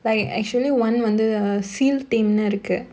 like actually one வந்து:vanthu seal team இருக்கு:irukku